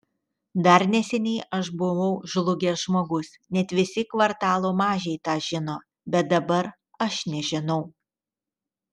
dar neseniai aš buvau žlugęs žmogus net visi kvartalo mažiai tą žino bet dabar aš nežinau